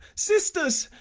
sisters!